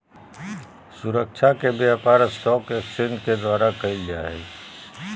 सुरक्षा के व्यापार स्टाक एक्सचेंज के द्वारा क़इल जा हइ